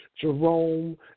Jerome